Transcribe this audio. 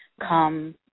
come